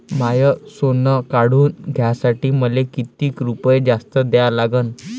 माय सोनं काढून घ्यासाठी मले कितीक रुपये जास्त द्या लागन?